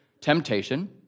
temptation